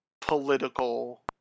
political